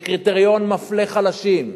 זה קריטריון שמפלה חלשים.